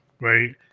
right